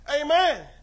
Amen